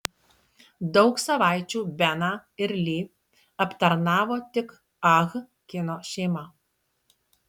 daug savaičių beną ir li aptarnavo tik ah kino šeima